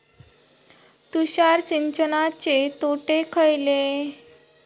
तुषार सिंचनाचे तोटे खयले?